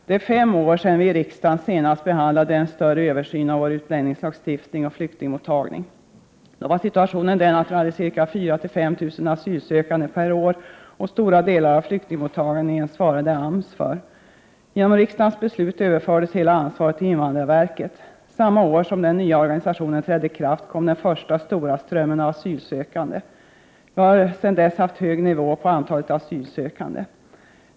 Det är fem år sedan vi i riksdagen senast behandlade en större översyn av vår utlänningslagstiftning och flyktingmottagning. Då var situationen den att vi hade ca 4 000—5 000 asylsökande per år, och det var AMS som svarade för stora delar av flyktingmottagningen. Genom riksdagens beslut överfördes hela ansvaret till invandrarverket. Samma år som den nya organisationen trädde i kraft kom den första stora strömmen av asylsökande. Vi har sedan dess haft hög nivå på antalet asylsökande.